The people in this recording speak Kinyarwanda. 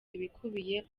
ibikubiye